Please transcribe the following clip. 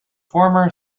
former